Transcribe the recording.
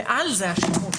ועל זה השימוש.